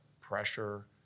pressure